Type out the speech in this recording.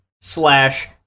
slash